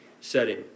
setting